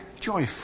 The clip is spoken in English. joyful